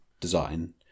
design